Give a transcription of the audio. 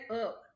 up